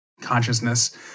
consciousness